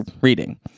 reading